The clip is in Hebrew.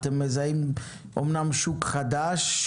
אתם מזהים שוק חדש,